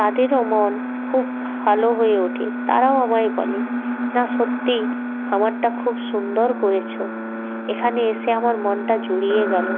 তাদেরও মন খুব ভালো হয়ে ওঠে তারাও আমায় বলে না সত্যিই খামারটা খুব সুন্দর করেছো এখানে এসে আমার মনটা জুড়িয়ে গেল